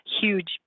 huge